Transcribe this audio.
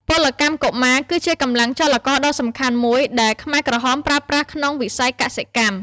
ពលកម្មកុមារគឺជាកម្លាំងចលករដ៏សំខាន់មួយដែលខ្មែរក្រហមប្រើប្រាស់ក្នុងវិស័យកសិកម្ម។